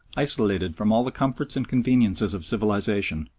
isolated from all the comforts and conveniences of civilisation,